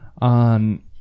on